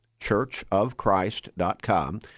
churchofchrist.com